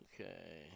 Okay